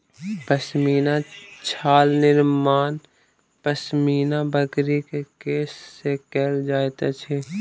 पश्मीना शाल निर्माण पश्मीना बकरी के केश से कयल जाइत अछि